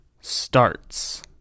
starts